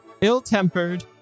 ill-tempered